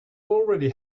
already